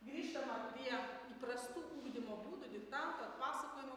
grįžtama prie įprastų ugdymo būdų diktanto atpasakojimo